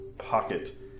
Pocket